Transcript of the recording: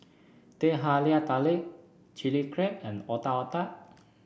Teh Halia Tarik Chili Crab and Otak Otak